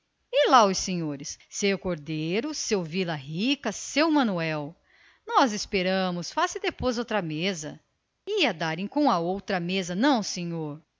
lá os senhores seu cordeiro seu vila rica e esse menino venham se chegando nós esperamos faz-se depois outra mesa e a darem com a outra mesa não senhor